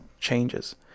changes